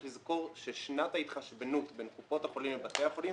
לזכור ששנת ההתחשבנות בין קופות החולים לבתי החולים